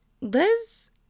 Liz